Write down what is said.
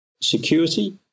Security